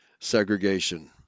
segregation